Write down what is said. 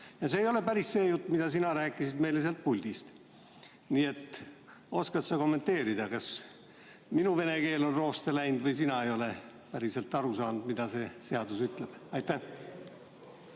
Ja see ei ole päris see jutt, mida sina rääkisid meile sealt puldist. Oskad sa kommenteerida, kas minu vene keel on rooste läinud või sina ei ole päriselt aru saanud, mida see seadus ütleb? Aitäh,